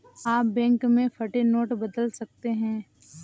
आप बैंक में फटे नोट बदल सकते हैं